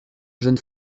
jeune